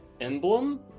emblem